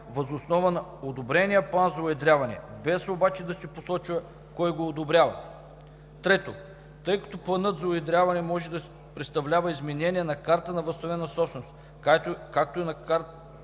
въз основа на одобрения план за уедряване, без обаче да се посочва кой го одобрява. 3. Тъй като планът за уедряване може да представлява изменение на картата на възстановената собственост, както е на